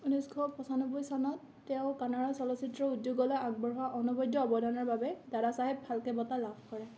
ঊনৈছশ পঁচানব্বৈ চনত তেওঁ কানাড়া চলচ্চিত্ৰ উদ্যোগলৈ আগবঢ়োৱা অনবদ্য অৱদানৰ বাবে দাদাচাহেব ফাল্কে বঁটা লাভ কৰে